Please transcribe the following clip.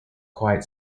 quite